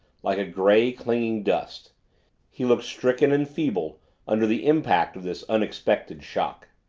like a gray, clinging dust he looked stricken and feeble under the impact of this unexpected shock.